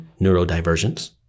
neurodivergence